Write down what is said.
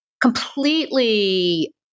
completely